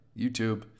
YouTube